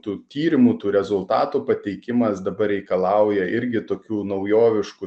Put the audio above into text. tų tyrimu tų rezultatų pateikimas dabar reikalauja irgi tokių naujoviškų